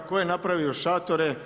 Tko je napravio šatore?